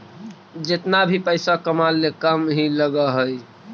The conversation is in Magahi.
जेतना भी पइसा कमाले कम ही लग हई